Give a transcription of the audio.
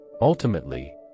ultimately